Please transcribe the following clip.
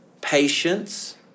patience